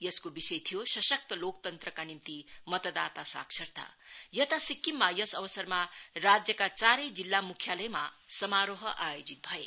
यसको विषय थियो सशक्त लोकतन्त्रका निम्ति मतदाता साक्षरता यता सिक्किममा यस अवसरमा राज्यका चारै जिल्ला म्ख्यालयमा समारोह आयोजित भयो